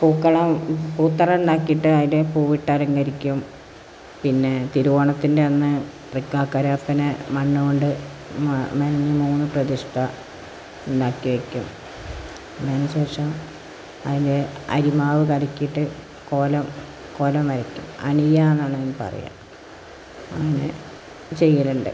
പൂക്കളം പൂത്തറ ഉണ്ടാക്കിയിട്ട് അതിൽ പൂവിട്ട് അലങ്കരിക്കും പിന്നേ തിരുവോണത്തിൻ്റെ അന്ന് തൃക്കാക്കര അപ്പനെ മണ്ണ് കൊണ്ട് മെനഞ്ഞ് മൂന്ന് പ്രതിഷ്ഠ ഉണ്ടാക്കി വയ്ക്കും അതിന് ശേഷം അതിൽ അരിമാവ് കലക്കിയിട്ട് കോലം കോലം വരയ്ക്കും അനിയ എന്നാണ് അതിന് പറയുക അങ്ങനെ ചെയ്യലുണ്ട്